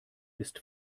ist